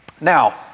Now